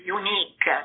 unique